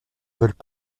veulent